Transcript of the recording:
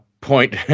point